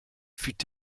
fut